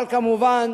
אבל כמובן